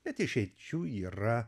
bet išeičių yra